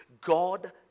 God